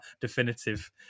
definitive